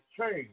change